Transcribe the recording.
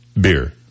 beer